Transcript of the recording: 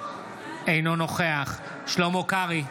אינו נוכח שלמה קרעי,